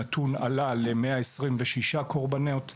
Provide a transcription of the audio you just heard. הנתון עלה ל-126 קורבנות רצח,